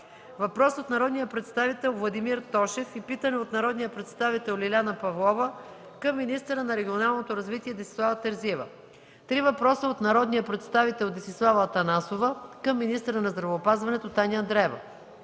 въпрос от народния представител Владимир Тошев и питане от народния представител Лиляна Павлова – към министъра на регионалното развитие Десислава Терзиева; - три въпроса от народния представител Десислава Атанасова – към министъра на здравеопазването Таня Андреева;